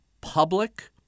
public